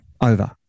over